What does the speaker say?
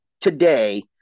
today